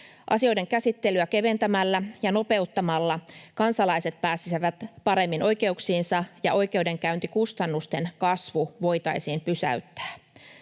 Asioiden käsittelyä keventämällä ja nopeuttamalla kansalaiset pääsisivät paremmin oikeuksiinsa ja oikeudenkäyntikustannusten kasvu voitaisiin pysäyttää.